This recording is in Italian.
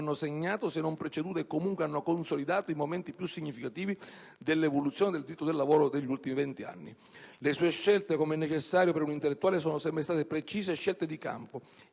se non preceduto, e, comunque, hanno consolidato i momenti più significativi dell'evoluzione del diritto del lavoro degli ultimi venti anni. Le sue scelte, come è necessario per un intellettuale, sono sempre state precise scelte di campo: